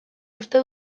uste